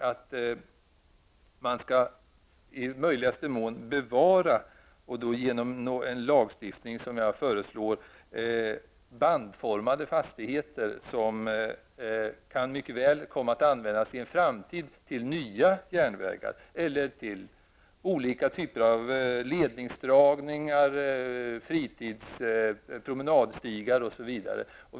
Jag föreslår att man, genom en speciell lagstiftning, i möjligaste mån skall bevara bandformade fastigheter, som i en framtid mycket väl kan komma att användas till nya järnvägar eller till olika typer av ledningsdragningar, promenadstigar, osv.